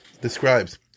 describes